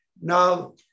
Now